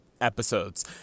episodes